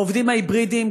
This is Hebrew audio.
העובדים ההיברידיים,